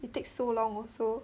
it takes so long also